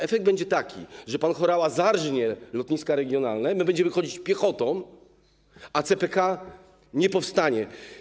Efekt będzie taki, że pan Horała zarżnie lotniska regionalne, my będziemy chodzić piechotą, a CPK nie powstanie.